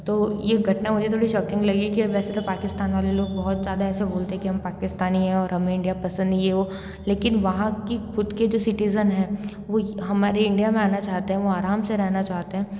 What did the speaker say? तो ये घटना मुझे थोड़ी शॉकिंग लगी कि वैसे तो पाकिस्तान वाले लोग बहुत ज़्यादा ऐसे बोलते हैं कि हम पाकिस्तानी हैं और हमें इंडिया पसंद नहीं ये वो लेकिन वहाँ की खुद के सिटीजन हैं वो हमारे इंडिया में आना चाहते हैं वो आराम से रहना चाहते हैं